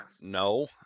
no